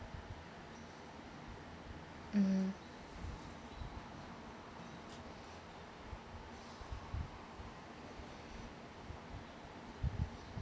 mm